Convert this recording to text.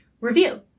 Review